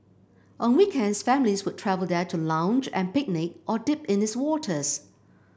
on weekends families would travel there to lounge and picnic or dip in its waters